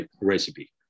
recipe